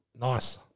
Nice